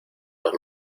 los